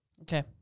Okay